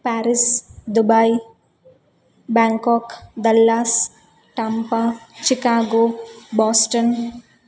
Paris Dubai Bangkok Dallas Tampa Chicago Boston